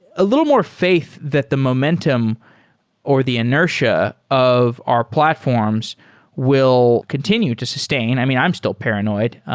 a little more faith that the momentum or the inertia of our platforms will continue to sus tain. i mean, i'm still paranoid.